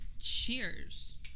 Cheers